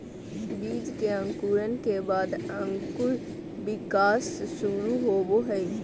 बीज के अंकुरण के बाद अंकुर विकास शुरू होबो हइ